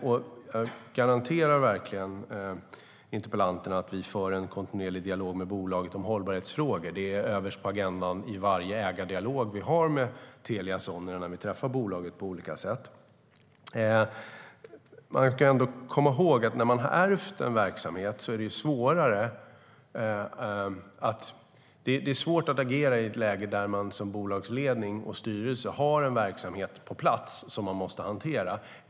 Jag garanterar interpellanten att vi för en kontinuerlig dialog med bolaget om hållbarhetsfrågor. Det står överst på agendan i varje ägardialog vi har med Telia Sonera när vi träffar bolaget på olika sätt. Låt oss dock komma ihåg att det är svårare när man har ärvt en verksamhet. Det är svårare att agera i ett läge där man som bolagsledning och styrelse har en verksamhet på plats som man måste hantera.